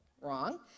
Wrong